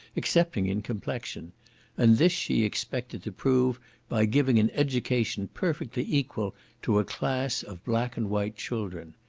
excepting in complexion and this she expected to prove by giving an education perfectly equal to a class of black and white children.